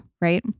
right